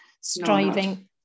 striving